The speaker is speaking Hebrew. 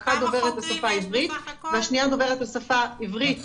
אחת דוברת השפה העברית והשניה דוברת שפה עברית וערבית.